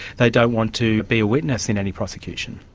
they don't want to be a witness in any prosecution.